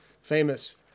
famous